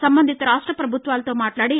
సంబంధిత రాష్ట ప్రభుత్వాలతో మాట్లాడి